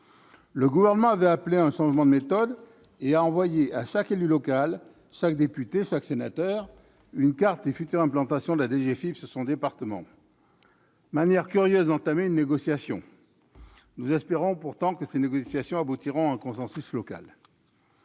Le Gouvernement avait appelé à un changement de méthode ... Il a envoyé à chaque élu local, chaque député et chaque sénateur, une carte des futures implantations de la DGFiP dans son département. Curieuse manière d'entamer une négociation ! Nous espérons néanmoins que ces négociations aboutiront à un consensus local.